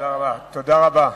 תודה רבה,